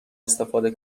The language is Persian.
استفاده